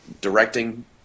directing